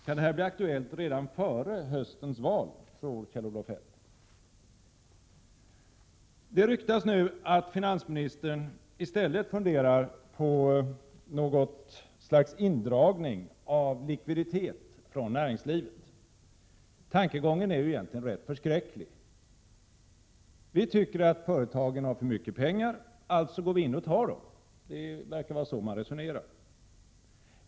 Kan det bli aktuellt redan före höstens val, tror Kjell-Olof Feldt? Det ryktas nu att finansministern i stället funderar på något slags indragning av likviditet från näringslivet. Tankegången är ju egentligen rätt förskräcklig: ”Vi tycker att företagen har för mycket pengar — alltså går vi in och tar dem.” Det verkar vara så man resonerar.